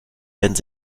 werden